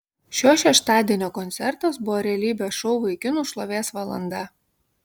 šio šeštadienio koncertas buvo realybės šou vaikinų šlovės valanda